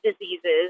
diseases